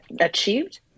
achieved